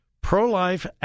pro-life